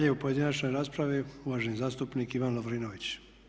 Dalje u pojedinačnoj raspravi uvaženi zastupnik Ivan Lovrinović.